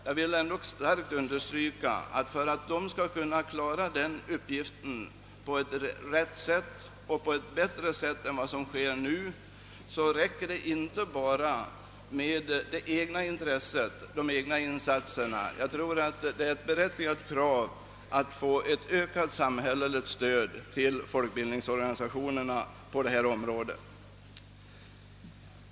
Jag vill emellertid starkt understryka, att det inte räcker med det egna intresset och de egna insatserna för att dessa organisationer skall kunna klara den uppgiften på ett riktigt och bättre sätt än tidigare. Folkbildningsorganisationernas krav på ett ökat samhälleligt stöd för denna verksamhet är i hög grad berättigat.